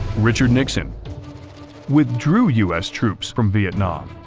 richard nixon withdrew us troops from vietnam,